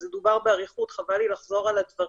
זה דובר באריכות, חבל לי לחזור על הדברים,